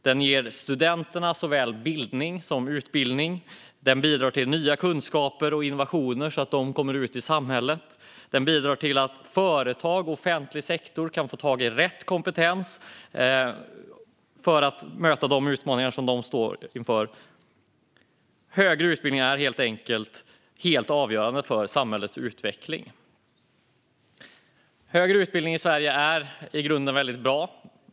Den ger studenterna såväl bildning som utbildning. Den bidrar till att nya kunskaper och innovationer kommer ut i samhället. Den bidrar till att företag och offentlig sektor kan få tag i rätt kompetens för att möta de utmaningar som de står inför. Högre utbildning är helt enkelt helt avgörande för samhällets utveckling. Högre utbildning i Sverige är i grunden väldigt bra.